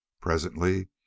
Presently